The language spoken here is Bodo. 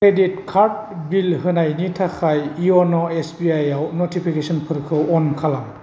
क्रेडिट कार्ड बिल होनायनि थाखाय इउन' एसबिआइआव नटिफिकेसनफोरखौ अन खालाम